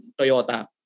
toyota